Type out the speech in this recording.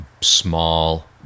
small